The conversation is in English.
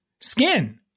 skin